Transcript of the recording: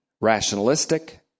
rationalistic